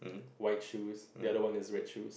white shoes the other one is red shoes